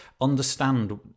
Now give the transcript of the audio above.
understand